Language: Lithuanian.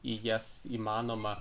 į jas įmanoma